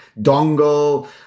dongle